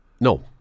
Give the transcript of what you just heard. No